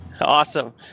Awesome